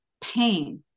pain